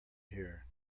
hear